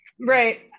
Right